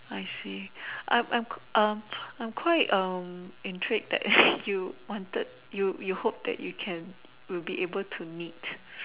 I see I'm I'm um I'm quite um intrigued that you wanted you you hoped that you can will be able to knit